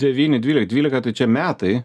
devyni dvylika dvylika tai čia metai